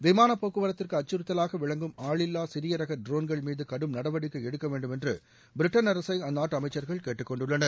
விமானப் போக்குவரத்துக்கு அச்சுறுத்தவாக விளங்கும் ஆளில்லா சிறிய ரக ட்ரோன்கள்மீது கடும் நடவடிக்கை எடுக்க வேண்டும் என்று பிரிட்டள் அர்சை அந்நாட்டு அமைச்சர்கள் கேட்டுக் கொண்டுள்ளனர்